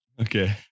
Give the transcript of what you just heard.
okay